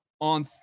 on